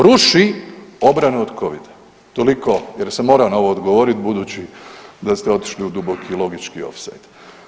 Ruši obranu od Covida, toliko jer sam morao na ovo odgovorit budući da ste otišli u duboki logički ofsajd.